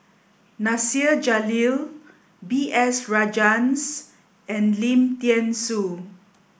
Nasir Jalil B S Rajhans and Lim Thean Soo